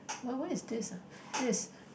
what what is this ah this